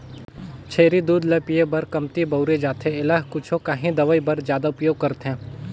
छेरी दूद ल पिए बर कमती बउरे जाथे एला कुछु काही दवई बर जादा उपयोग करथे